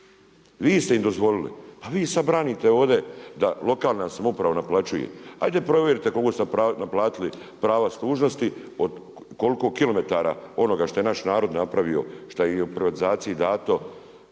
vi ste im dozvolili. A vi sad branite ovdje da lokalna samouprava naplaćuje. Ajde provjerite koliko ste naplatili prava služnosti, koliko kilometara onoga što je naš narod napravio, šta je u privatizaciji dato